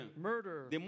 murder